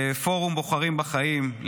לפורום בוחרים בחיים,